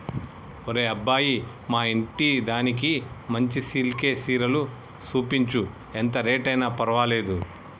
ఒరే అబ్బాయి మా ఇంటిదానికి మంచి సిల్కె సీరలు సూపించు, ఎంత రేట్ అయిన పర్వాలేదు